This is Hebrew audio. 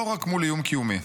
לא רק מול איום קיומי",